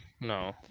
No